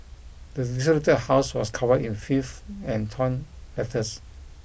the desolated house was covered in filth and torn letters